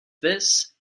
this